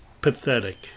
Pathetic